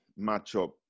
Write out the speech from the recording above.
matchup